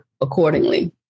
accordingly